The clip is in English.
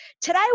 Today